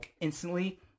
instantly